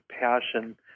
passion